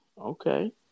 Okay